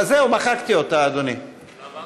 גם לי יש שאלה.